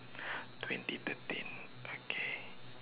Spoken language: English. twenty thirteen okay